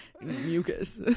mucus